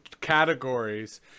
categories